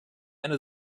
eine